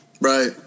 Right